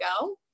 go